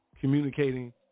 Communicating